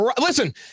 Listen